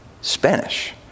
Spanish